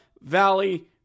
Valley